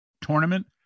tournament